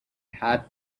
had